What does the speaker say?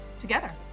together